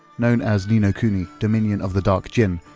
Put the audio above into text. known as ni no kuni dominion of the dark djinn,